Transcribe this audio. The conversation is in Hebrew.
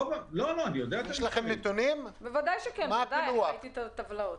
ראיתי את הטבלאות.